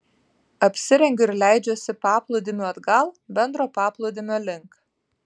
apsirengiu ir leidžiuosi paplūdimiu atgal bendro paplūdimio link